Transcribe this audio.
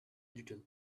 little